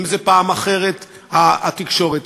אם פעם אחרת התקשורת,